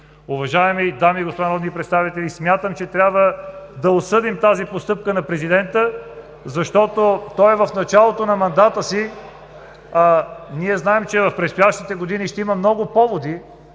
Уважаеми дами и господа народни представители, смятам, че трябва да осъдим тази постъпка на президента, защото той е в началото на мандата си. (Шум и реплики отляво.) Ние знаем, че в предстоящите години ще има много поводи,